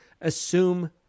Assume